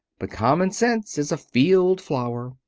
but common sense is a field flower,